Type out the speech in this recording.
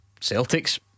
Celtics